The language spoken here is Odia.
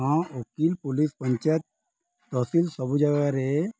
ହଁ ଓକିଲ୍ ପୋଲିସ୍ ପଞ୍ଚାୟତ ତହସିଲ୍ ସବୁ ଜାଗାରେ